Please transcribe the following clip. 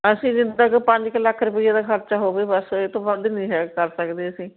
ਅਸੀਂ ਜਿੱਦਾ ਕਿ ਪੰਜ ਕੁ ਲੱਖ ਰੁਪਈਏ ਦਾ ਖ਼ਰਚਾ ਹੋਵੇ ਬੱਸ ਇਹਤੋਂ ਵੱਧ ਨਹੀਂ ਕਰ ਸਕਦੇ ਅਸੀਂ